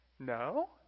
No